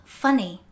funny